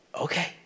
Okay